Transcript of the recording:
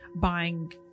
buying